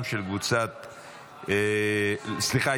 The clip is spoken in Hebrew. סליחה,